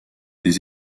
des